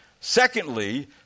Secondly